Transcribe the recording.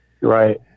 right